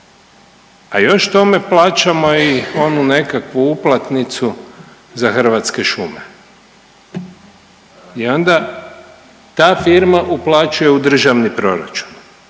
a još tome plaćamo i onu nekakvu uplatnicu za Hrvatske šume i onda ta firma uplaćuje u državni proračun.